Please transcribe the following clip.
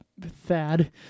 Thad